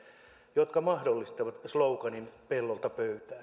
jotka mahdollistavat sloganin pellolta pöytään